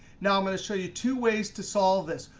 now i'm going to show you two ways to solve this.